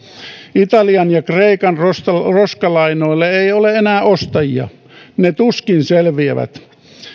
italian ja kreikan roskalainoille ei ole enää ostajia ne tuskin selviävät